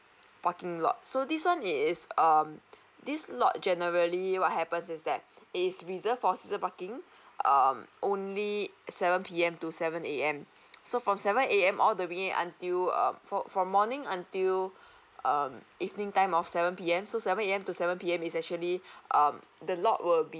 parking lot so this one it's um this lot generally what happens is that it's reserved for season parking um only seven P_M to seven A_M so from seven A_M all the way until err for from morning until um evening time of seven P_M so seven A_M to seven P_M is actually um the lot will be